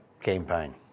campaign